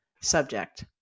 subject